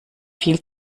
viel